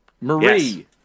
Marie